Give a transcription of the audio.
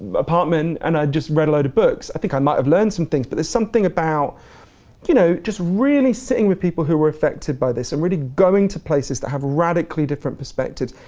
apartment and i just read a load of books, i think i might've learned some things but there's something about you know just really sitting with people who were affected by this and um really going to places that have radically different perspectives,